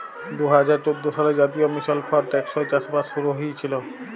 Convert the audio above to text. দু হাজার চোদ্দ সালে জাতীয় মিশল ফর টেকসই চাষবাস শুরু হঁইয়েছিল